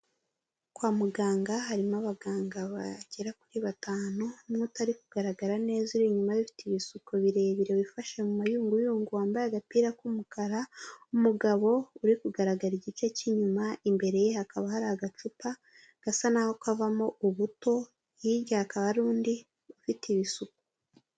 Kwa muganga harimo abaganga bagera kuri batanu, n'utari kugaragara neza uri inyuma y’ufite ibisuko birebire, wifashe mu mayunguyungu, wambaye agapira k'umukara. Umugabo uri kugaragara igice cy'inyuma, imbere ye hakaba hari agacupa gasa naho kavamo ubuto, hirya hakaba hari undi ufite ibisuko.